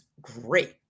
great